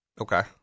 Okay